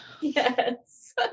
yes